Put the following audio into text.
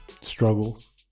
struggles